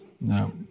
No